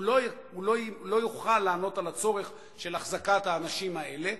הוא לא יוכל לענות על הצורך של החזקת האנשים האלה.